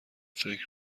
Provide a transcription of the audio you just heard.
فکر